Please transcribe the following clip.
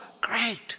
great